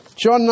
John